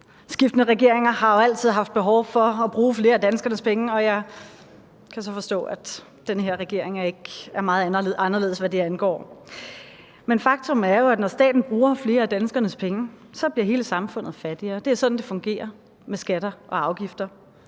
Skiftende regeringer har jo altid haft behov for at bruge flere af danskernes penge, og jeg kan så forstå, at den her regering ikke er meget anderledes, hvad det angår. Men faktum er jo, at når staten bruger flere af danskernes penge, så bliver hele samfundet fattigere. Det er sådan, det fungerer med skatter og afgifter.